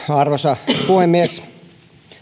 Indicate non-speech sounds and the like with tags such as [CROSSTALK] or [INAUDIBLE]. [UNINTELLIGIBLE] arvoisa puhemies